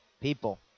people